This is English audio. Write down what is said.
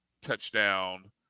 touchdown